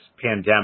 pandemic